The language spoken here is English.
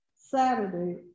Saturday